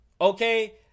okay